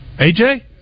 AJ